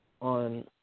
on